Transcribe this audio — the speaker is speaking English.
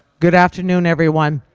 good afternoon, everyone.